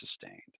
sustained